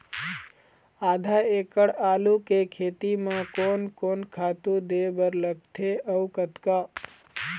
आधा एकड़ आलू के खेती म कोन कोन खातू दे बर लगथे अऊ कतका?